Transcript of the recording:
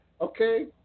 Okay